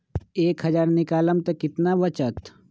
एक हज़ार निकालम त कितना वचत?